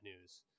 news